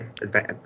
Advance